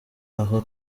aho